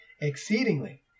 exceedingly